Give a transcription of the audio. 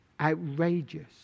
outrageous